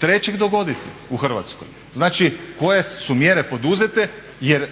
31.3.dogoditi u Hrvatskoj, znači koje su mjere poduzete? Jer